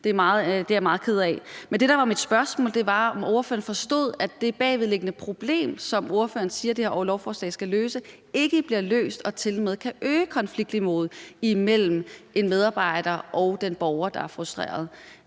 Det er jeg meget ked af. Men det, der var mit spørgsmål, var, om ordføreren forstod, at det bagvedliggende problem, som ordføreren siger det her lovforslag skal løse, ikke bliver løst, og at det tilmed kan øge konfliktniveauet imellem en medarbejder og den borger, der er frustreret.